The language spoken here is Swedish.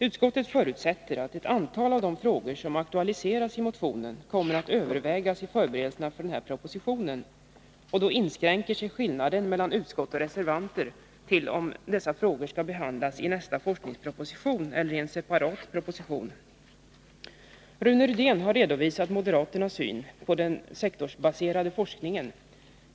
Utskottet förutsätter att ett antal av de frågor som aktualiseras i motionen kommer att övervägas i förberedelserna för denna proposition. Och då inskränker sig skillnaden mellan utskottsmajoritet och reservanter till om dessa frågor skall behandlas i nästa forskningsproposition eller i en separat proposition. Rune Rydén har redovisat moderaternas syn på den sektorsbaserade forskningen.